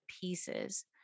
pieces